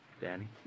Danny